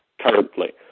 currently